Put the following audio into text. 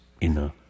inner